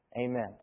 Amen